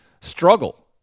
struggle